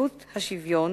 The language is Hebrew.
נציבות השוויון